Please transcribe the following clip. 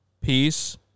peace